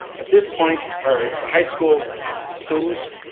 at this point our high school students.